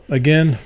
again